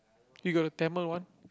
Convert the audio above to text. we got a Tamil one